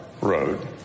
road